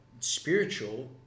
spiritual